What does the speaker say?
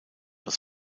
aus